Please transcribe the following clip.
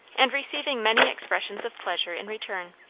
and receiving many expressions of pleasure in return.